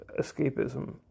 escapism